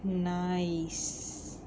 nice